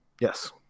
Yes